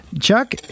Chuck